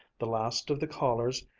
the last of the callers,